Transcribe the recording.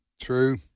true